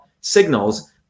signals